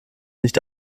nicht